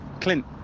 Clint